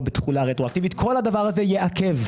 בתחולה רטרואקטיבית וכל הדבר הזה יעכב.